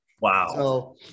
Wow